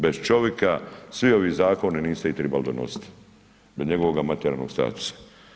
Bez čovjeka svi ovi zakoni niste ih trebali donositi bez njegovog materijalnog statusa.